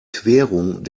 querung